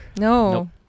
No